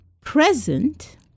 Present